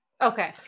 Okay